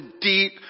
deep